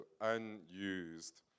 unused